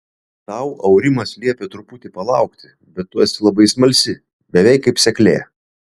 tau aurimas liepė truputį palaukti bet tu esi labai smalsi beveik kaip seklė